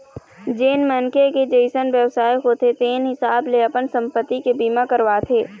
जेन मनखे के जइसन बेवसाय होथे तेन हिसाब ले अपन संपत्ति के बीमा करवाथे